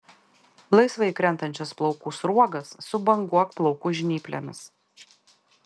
laisvai krentančias plaukų sruogas subanguok plaukų žnyplėmis